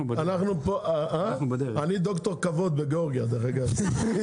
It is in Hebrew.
אני דוקטור כבוד בגיאורגיה, דרך אגב.